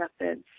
methods